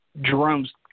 Jerome's